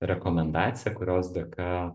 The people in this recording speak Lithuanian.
rekomendacija kurios dėka